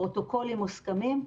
פרוטוקולים מוסכמים,